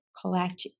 collect